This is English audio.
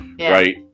right